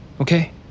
okay